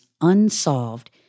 unsolved